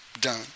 done